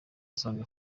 nsanga